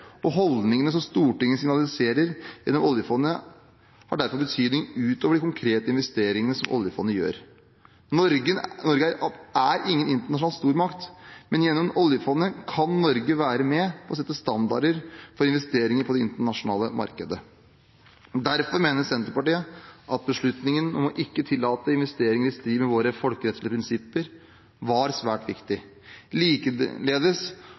og holdningene som Stortinget signaliserer gjennom oljefondet, har derfor betydning utover de konkrete investeringene som oljefondet gjør. Norge er ingen internasjonal stormakt, men gjennom oljefondet kan Norge være med på å sette standarder for investeringer på det internasjonale markedet. Derfor mener Senterpartiet at beslutningen om ikke å tillate investeringer i strid med våre folkerettslige prinsipper, var svært viktig. Likeledes